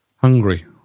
hungry